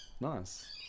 Nice